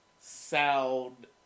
sound